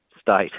state